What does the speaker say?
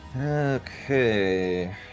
Okay